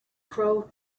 crow